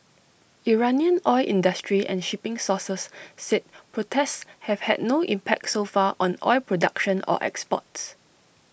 Iranian oil industry and shipping sources said protests have had no impact so far on oil production or exports